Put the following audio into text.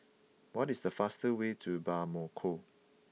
what is the fastest way to Bamako